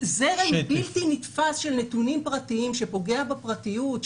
זרם בלתי נתפס של נתונים פרטיים שפוגע בפרטיות,